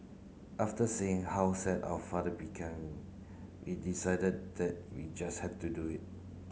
after seeing how sad our father become we decided that we just had to do it